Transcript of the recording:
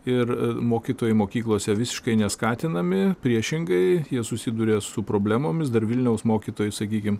ir mokytojai mokyklose visiškai neskatinami priešingai jie susiduria su problemomis dar vilniaus mokytojų sakykim